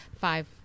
five